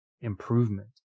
improvement